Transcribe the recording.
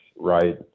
right